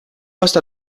hasta